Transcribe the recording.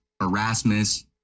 Erasmus